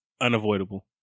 unavoidable